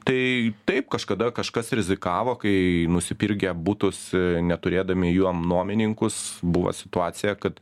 tai taip kažkada kažkas rizikavo kai nusipirkę butus neturėdami juom nuomininkus buvo situacija kad